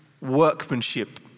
workmanship